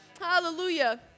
Hallelujah